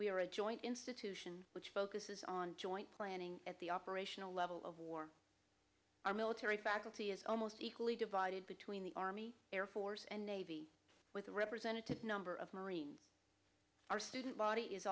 are a joint institution which focuses on joint planning at the operational level of war our military faculty is almost equally divided between the army air force and navy with representatives number of marines our student body is